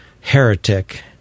heretic